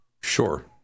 Sure